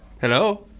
Hello